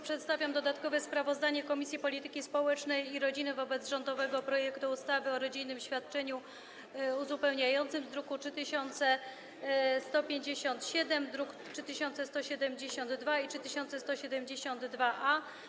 Przedstawiam dodatkowe sprawozdanie Komisji Polityki Społecznej i Rodziny wobec rządowego projektu ustawy o rodzinnym świadczeniu uzupełniającym z druków nr 3157, 3172 i 3172-A.